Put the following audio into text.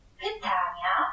pytania